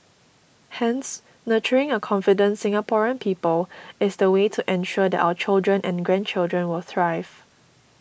Hence nurturing a confident Singaporean people is the way to ensure that our children and grandchildren will thrive